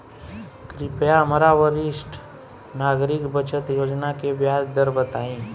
कृपया हमरा वरिष्ठ नागरिक बचत योजना के ब्याज दर बताई